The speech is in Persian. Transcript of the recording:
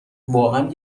واقعا